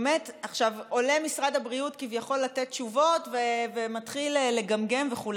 עולה משרד הבריאות כביכול לתת תשובות ומתחיל לגמגם וכו',